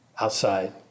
Outside